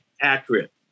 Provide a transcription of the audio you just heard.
accurate